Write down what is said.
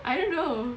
I don't know